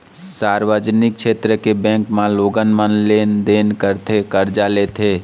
सार्वजनिक छेत्र के बेंक म लोगन मन लेन देन करथे, करजा लेथे